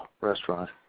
restaurant